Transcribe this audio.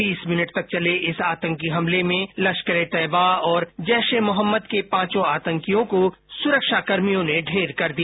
तीस मिनट तक चले इस आंतकी हमले में लश्करे ए तैयवा और जैश ए मोहम्मद के पांचों आंतकियों को सुरक्षाकर्मियों ने ढेर किया